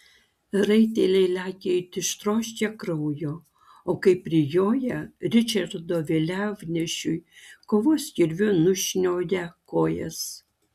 raiteliai lekia it ištroškę kraujo o kai prijoja ričardo vėliavnešiui kovos kirviu nušnioja kojas